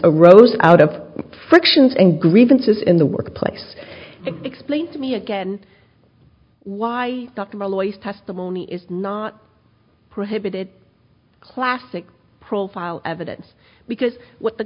arose out of frictions and grievances in the workplace explain to me again why dr malloy testimony is not prohibited classic profile evidence because what the